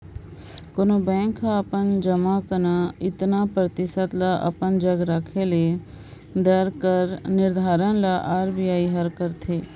कोनो बेंक ल अपन जमा कर एतना परतिसत ल अपन जग राखे ले अहे ए दर कर निरधारन ल आर.बी.आई हर करथे